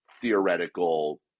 theoretical